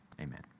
amen